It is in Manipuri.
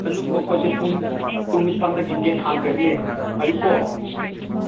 ꯑꯗꯨ ꯃꯈꯣꯏꯁꯦ ꯄꯨꯡ ꯄꯨꯡ ꯅꯤꯄꯥꯜꯗꯒꯤ ꯒꯦꯠ ꯍꯥꯡꯈ꯭ꯔꯕꯅꯦ ꯑꯌꯨꯛ ꯀꯣ